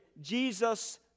Jesus